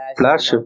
flash